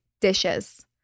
dishes